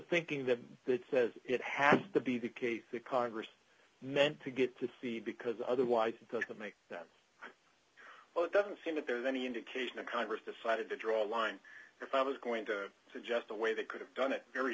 thinking that says it has to be the case that congress meant to get to see because otherwise it doesn't make them well it doesn't seem that there's any indication in congress decided to draw a line if i was going to suggest the way they could have done it very